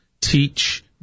teach